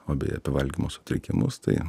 o beje apie valgymo sutrikimus tai